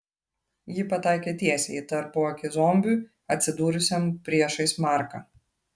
ji pataikė tiesiai į tarpuakį zombiui atsidūrusiam priešais marką